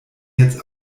jetzt